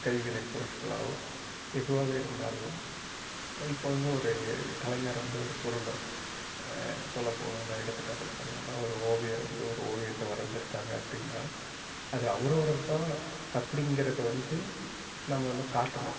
கைவினை பொருட்களோ எதுவாக இருந்தாலும் இப்போது வந்து ஒரு கலைஞர் வந்து ஒரு பொருளை சொல்லப் போனோனா எடுத்துக்காட்டுக்கு சொல்லணுன்னா ஒரு ஓவியர் வந்து ஒரு ஓவியத்தை வரைஞ்சிருக்காங்க அப்படின்னா அது அவரோடத்தான் அப்படிங்கிறத வந்து நம்ம வந்து காட்டணும்